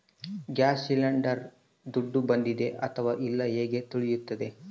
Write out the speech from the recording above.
Gas cylinder ದುಡ್ಡು ಬಂದಿದೆ ಅಥವಾ ಇಲ್ಲ ಹೇಗೆ ತಿಳಿಯುತ್ತದೆ?